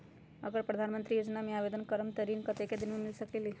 अगर प्रधानमंत्री योजना में आवेदन करम त ऋण कतेक दिन मे मिल सकेली?